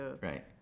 Right